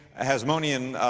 hasmonean,